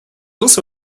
also